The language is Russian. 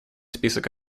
список